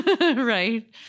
right